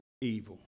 evil